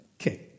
Okay